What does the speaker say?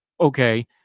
okay